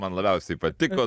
man labiausiai patiko